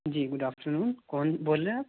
جی good afternoon کون بول رہے ہیں آپ